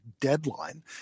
deadline